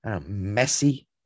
messy